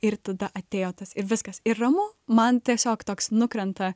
ir tada atėjo tas ir viskas ir ramu man tiesiog toks nukrenta